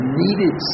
needed